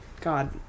God